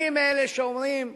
אני מאלה שאומרים: